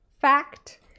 fact